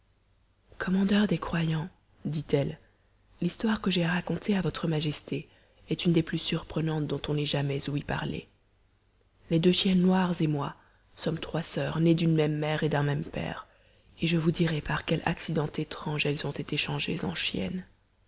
commandeur des croyants dit-elle l'histoire que j'ai à raconter à votre majesté est une des plus surprenantes dont on ait jamais ouï parler les deux chiennes noires et moi sommes trois soeurs nées d'une même mère et d'un même père et je vous dirai par quel accident étrange elles ont été changées en chiennes